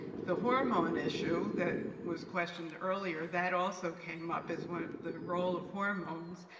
the hormone issue that was questioned earlier, that also came up as well, the role of hormones,